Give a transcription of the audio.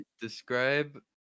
describe